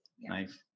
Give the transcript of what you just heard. Nice